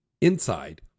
INSIDE